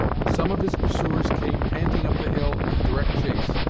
some of his pursuers came panting up the hill in direct chase,